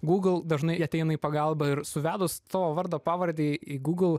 google dažnai ateina į pagalbą ir suvedus tavo vardą pavardę į google